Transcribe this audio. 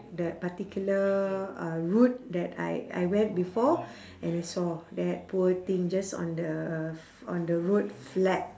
that particular uh route that I I went before and I saw that poor thing just on the f~ on the road flat